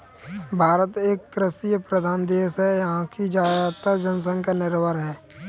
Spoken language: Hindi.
भारत एक कृषि प्रधान देश है यहाँ की ज़्यादातर जनसंख्या निर्भर है